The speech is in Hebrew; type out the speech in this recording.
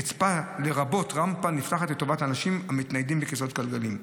רצפה לרבות רמפה נפתחת לטובת אנשים המתניידים בכיסאות גלגלים.